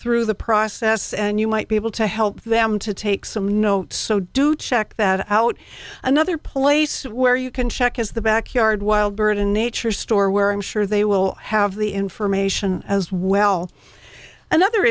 through the process and you might be able to help them to take some notes so do check that out another place where you can check is the backyard wild bird in nature store where i'm sure they will have the information as well another